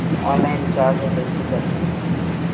Online recharge कइसे करथे?